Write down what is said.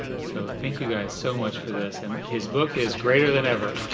so thank you guys so much for this. and his book is greater than ever.